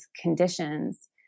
conditions